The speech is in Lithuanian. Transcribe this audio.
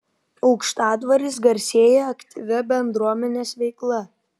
aukštadvaris garsėja aktyvia bendruomenės veikla